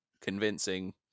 convincing